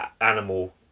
animal